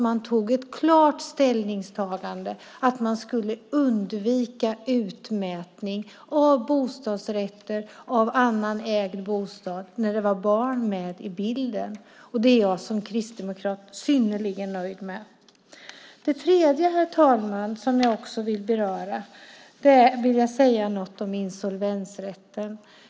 Man tog ett klart ställningstagande för att undvika utmätning av bostadsrätter och av annan ägd bostad när det var barn med i bilden. Det är jag som kristdemokrat synnerligen nöjd med. Det tredje som jag vill beröra är insolvensrätten.